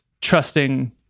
trusting